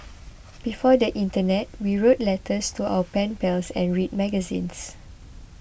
before the internet we wrote letters to our pen pals and read magazines